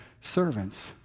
servants